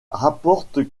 rapporte